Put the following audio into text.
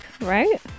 right